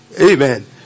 Amen